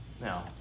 Now